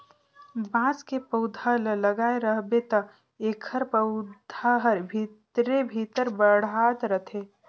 बांस के पउधा ल लगाए रहबे त एखर पउधा हर भीतरे भीतर बढ़ात रथे